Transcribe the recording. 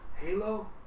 Halo